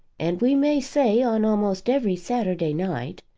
and we may say on almost every saturday night,